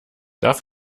darf